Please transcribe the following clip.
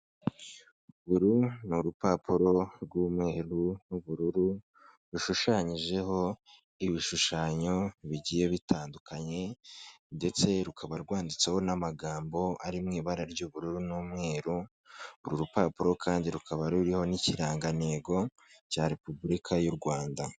Uru ni urupapuro r'umweru n'ubururu, rushushanyijeho ibishushanyo bigiye bitandukanye ndetse rukaba rwanditseho n'amagambo ari mu ibara ry'ubururu n'umweru, uru rupapuro kandi rukaba ruriho n'ikirangantego cya repubulika y'u Rwanda.